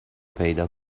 پیدا